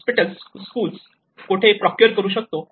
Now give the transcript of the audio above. hospital school कुठे procure करू शकतो